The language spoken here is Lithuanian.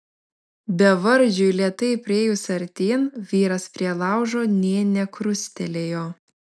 bevardžiui lėtai priėjus artyn vyras prie laužo nė nekrustelėjo